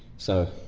so.